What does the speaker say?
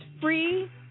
free